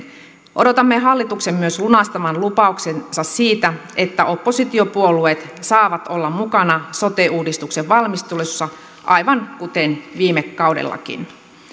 odotamme hallituksen myös lunastavan lupauksensa siitä että oppositiopuolueet saavat olla mukana sote uudistuksen valmistelussa aivan kuten viime kaudellakin